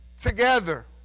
Together